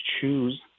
choose